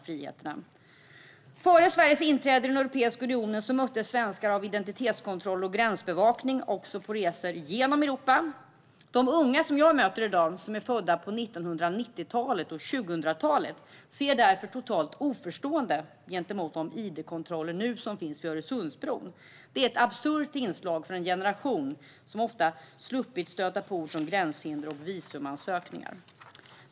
Före Sveriges inträde i Europeiska unionen möttes svenskar av identitetskontroll och gränsbevakning också på resor genom Europa. De unga som är födda på 1990-talet och 2000-talet och som jag möter i dag är helt oförstående inför de id-kontroller som nu finns vid Öresundsbron. Det är ett absurt inslag för en generation som har sluppit stöta på ord som gränshinder och visumansökningar.